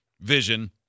vision